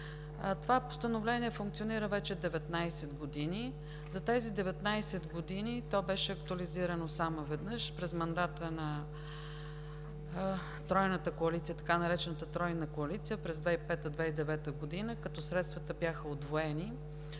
Това постановление функционира вече 19 години. За тези 19 години то беше актуализирано само веднъж през мандата на така наречената Тройна коалиция през 2005 – 2009 г., като средствата бяха удвоени.